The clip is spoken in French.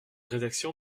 rédaction